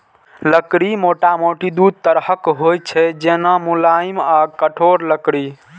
लकड़ी मोटामोटी दू तरहक होइ छै, जेना, मुलायम आ कठोर लकड़ी